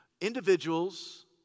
Individuals